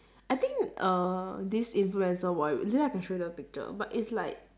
I think err this influencer wore it later I can show you the picture but it's like